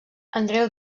andreu